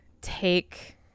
take